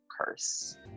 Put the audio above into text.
curse